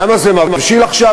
למה זה מבשיל עכשיו?